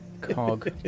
Cog